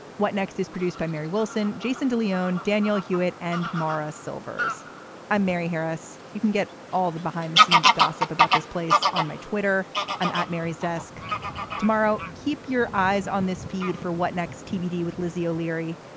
what next is produced by mary wilson. jason de leon, daniel hewat and morra silvers i'm mary harris. you can get all the behind the scenes gossip about this place on my twitter and at mary's desk tomorrow. keep your eyes on this feed for what next? tbd with lizzie o'leary.